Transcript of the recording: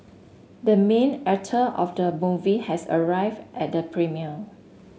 the main actor of the movie has arrived at the premiere